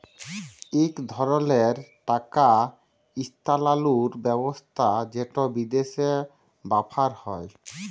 ইক ধরলের টাকা ইস্থালাল্তর ব্যবস্থা যেট বিদেশে ব্যাভার হ্যয়